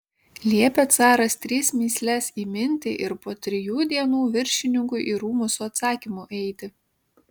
liepė caras tris mįsles įminti ir po trijų dienų viršininkui į rūmus su atsakymu eiti